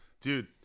Dude